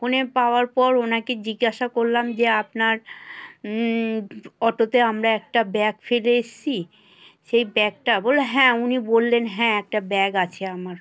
ফোনে পাওয়ার পর ওনাকে জিজ্ঞাসা করলাম যে আপনার অটোতে আমরা একটা ব্যাগ ফেলে এসছি সেই ব্যাগটা বললো হ্যাঁ উনি বললেন হ্যাঁ একটা ব্যাগ আছে আমার